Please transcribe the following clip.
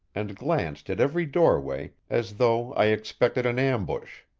and glanced at every doorway, as though i expected an ambush.